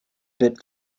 bit